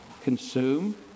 consume